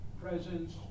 presence